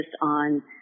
on